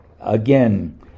Again